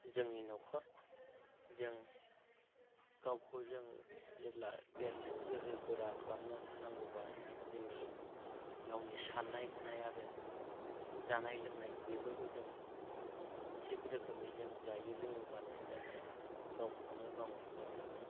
जोंनि न'खर जों गावखौ जों जेब्ला देरसिन गोहो गोरा खालामनो नांगौबा जोंनि गावनि साननाय हनाय आरो जानाय लोंनाय बेफोरखौ जोङो थिक रोखोमै जों जायो लोङोबानो जोंनि गावखौनो गाव जोङो